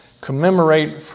commemorate